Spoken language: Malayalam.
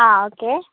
ആ ഓക്കേ